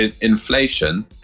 inflation